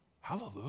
Hallelujah